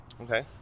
Okay